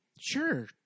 sure